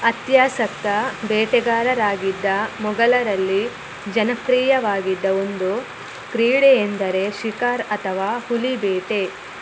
ಅತ್ಯಾಸಕ್ತ ಬೇಟೆಗಾರರಾಗಿದ್ದ ಮೊಘಲರಲ್ಲಿ ಜನಪ್ರಿಯವಾಗಿದ್ದ ಒಂದು ಕ್ರೀಡೆಯೆಂದರೆ ಶಿಕಾರ್ ಅಥವಾ ಹುಲಿ ಬೇಟೆ